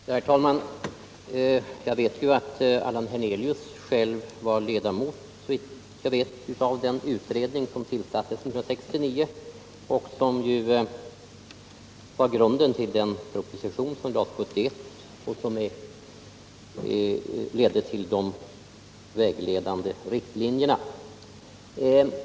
Herr talman! Jag vet att Allan Hernelius var ledamot av den utredning som tillsattes 1969 och som ju utgjorde grunden till den proposition som framlades 1971 och som ledde till de vägledande riktlinjerna.